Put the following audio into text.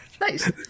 Nice